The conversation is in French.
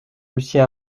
lucien